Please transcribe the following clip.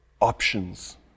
options